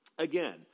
Again